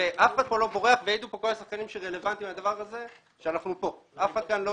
אף אחד כאן לא בורח ויעידו כל השחקנים הרלוונטיים לדבר הזה שאנחנו כאן.